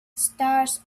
stars